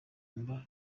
mba